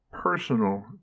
personal